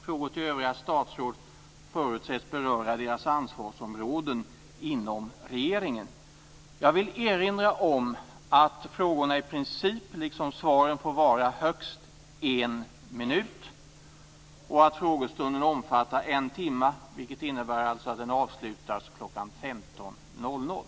Frågor till övriga statsråd förutsätts beröra deras ansvarsområden inom regeringen. Jag vill erinra om att frågorna, liksom svaren, i princip får vara högst en minut, och att frågestunden omfattar en timme, vilket innebär att den avslutas kl.